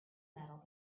metal